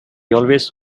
always